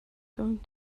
going